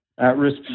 at-risk